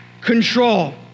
control